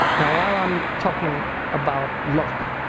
now while i'm talking about luck,